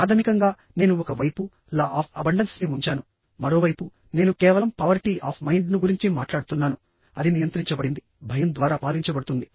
ప్రాథమికంగా నేను ఒక వైపు లా ఆఫ్ అబండన్స్ ని ఉంచాను మరోవైపు నేను కేవలం పావర్టీ ఆఫ్ మైన్డ్ ను గురించి మాట్లాడుతున్నాను అది నియంత్రించబడింది భయం ద్వారా పాలించబడుతుంది